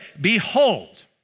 Behold